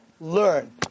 learn